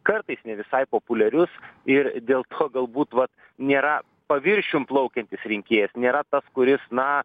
kartais ne visai populiarius ir dėl to galbūt nėra paviršium plaukiantis rinkėjas nėra tas kuris na